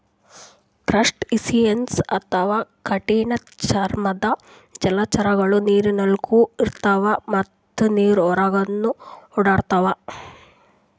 crustaceans ಅಥವಾ ಕಠಿಣ್ ಚರ್ಮದ್ದ್ ಜಲಚರಗೊಳು ನೀರಿನಾಗ್ನು ಇರ್ತವ್ ಮತ್ತ್ ನೀರ್ ಹೊರಗನ್ನು ಓಡಾಡ್ತವಾ